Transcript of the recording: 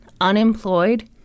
unemployed